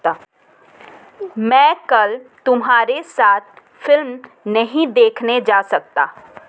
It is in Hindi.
मैं कल तुम्हारे साथ फिल्म नहीं देखने जा सकता